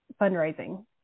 fundraising